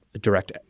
direct